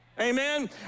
Amen